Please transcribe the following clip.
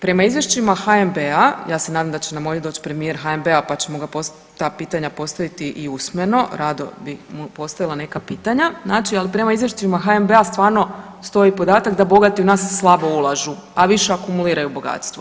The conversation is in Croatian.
Prema izvješćima HNB-a, ja se nadam da će nam ovdje doć premijer HNB-a, pa ćemo mu ta pitanja postaviti i usmeno, rado bi mu postavila neka pitanja, znači ali prema izvješćima HNB-a stvarno stoji podatak da bogati u nas slabo ulažu, a više akumuliraju bogatstvo.